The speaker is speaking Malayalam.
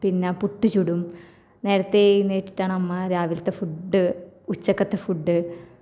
പിന്നെ പുട്ട് ചൂടും നേരത്തെ എഴുന്നേറ്റിട്ടാണ് അമ്മ രാവിലത്തെ ഫുഡ് ഉച്ചയ്ക്കത്തെ ഫുഡ്